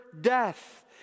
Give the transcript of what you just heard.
death